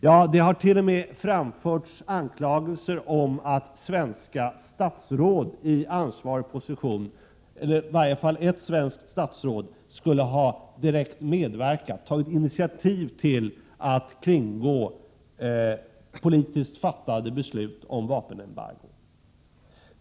Ja, det har t.o.m. framförts anklagelser om att ett svenskt statsråd skulle ha medverkat och tagit initiativ till att kringgå politiskt fattade beslut om vapenembargo.